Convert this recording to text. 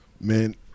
Man